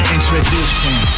Introducing